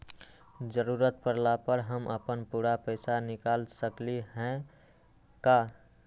जरूरत परला पर हम अपन पूरा पैसा निकाल सकली ह का?